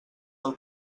del